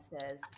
says